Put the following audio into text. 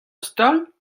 stal